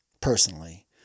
personally